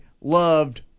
loved